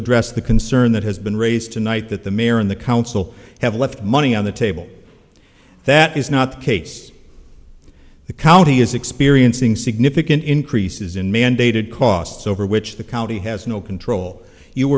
address the concern that has been raised tonight that the mayor and the council have left money on the table that is not the case the county is experiencing significant increases in mandated costs over which the county has no control you